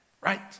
right